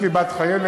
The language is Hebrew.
יש לי בת חיילת,